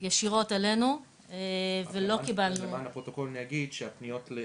ישירות אלינו ולא קיבלנו --- למען הפרוטוקול אני אגיד שהפניות,